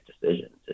decisions